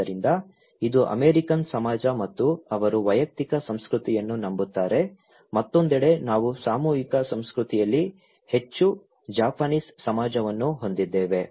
ಆದ್ದರಿಂದ ಇದು ಅಮೇರಿಕನ್ ಸಮಾಜ ಮತ್ತು ಅವರು ವೈಯಕ್ತಿಕ ಸಂಸ್ಕೃತಿಯನ್ನು ನಂಬುತ್ತಾರೆ ಮತ್ತೊಂದೆಡೆ ನಾವು ಸಾಮೂಹಿಕ ಸಂಸ್ಕೃತಿಯಲ್ಲಿ ಹೆಚ್ಚು ಜಪಾನೀಸ್ ಸಮಾಜವನ್ನು ಹೊಂದಿದ್ದೇವೆ